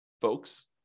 folks